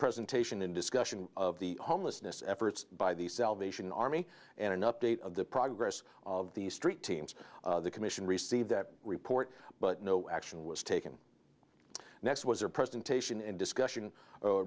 presentation in discussion of the homelessness efforts by the salvation army and an update of the progress of the street teams the commission received that report but no action was taken next was a presentation and discussion